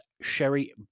sherry